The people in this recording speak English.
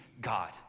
God